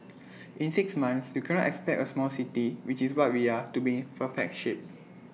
in six months you cannot expect A small city which is what we are to be in perfect shape